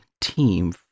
team